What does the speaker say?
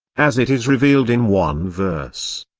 as it is revealed in one verse,